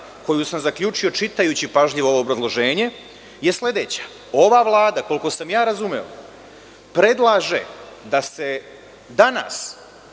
koju sam zaključio čitajući pažljivo ovo obrazloženje je sledeća. Ova Vlada koliko sam ja razumeo predlaže da se danas